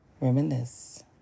reminisce